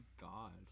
god